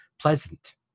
pleasant